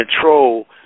control